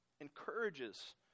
encourages